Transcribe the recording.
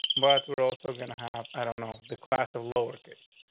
but we're also gonna have i don't know, the class of lower case.